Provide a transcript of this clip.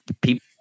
People